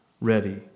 Ready